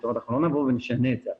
אנחנו לא נשנה את זה עכשיו.